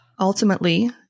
Ultimately